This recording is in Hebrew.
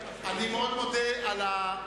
אלקטרוני,